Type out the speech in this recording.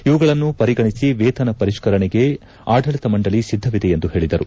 ಇವುಗಳನ್ನು ಪರಿಗಣಿಸಿ ವೇತನ ಪರಿಷ್ಠರಣೆಗೆ ಆಡಳಿತ ಮಂಡಳಿ ಸಿದ್ದವಿದೆ ಎಂದು ಪೇಳಿದರು